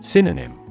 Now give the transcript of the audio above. Synonym